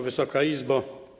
Wysoka Izbo!